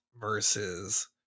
versus